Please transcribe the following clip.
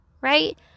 right